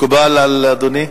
מקובל על אדוני?